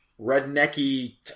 rednecky